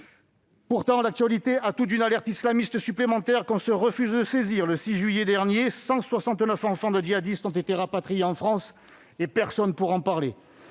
Pourtant, l'actualité a tout d'une alerte islamiste supplémentaire qu'on se refuse d'entendre : le 6 juillet dernier, 169 enfants de djihadistes ont été rapatriés en France. Personne pour en parler